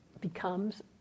becomes